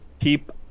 Keep